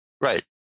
Right